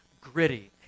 gritty